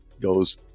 goes